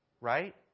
Right